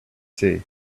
see